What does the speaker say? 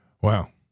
Wow